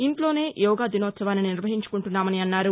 ఇంట్లోనే యోగా దినోత్సవాన్ని నిర్వహించుకుంటున్నామన్నారు